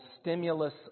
Stimulus